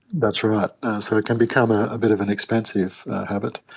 that's right, so it can become a bit of an expensive habit.